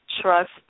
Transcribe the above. trust